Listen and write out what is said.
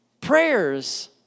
prayers